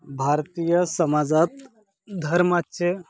भारतीय समाजात धर्माचे